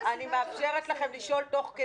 אבל הקבינט בוודאי